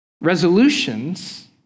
Resolutions